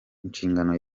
inshingano